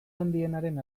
handienaren